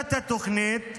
הגשת התוכנית,